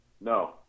No